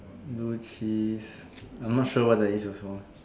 blue cheese I'm not sure what that is also